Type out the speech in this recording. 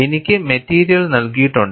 എനിക്ക് മെറ്റീരിയൽ നൽകിയിട്ടുണ്ട്